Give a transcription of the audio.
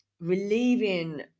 relieving